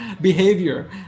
behavior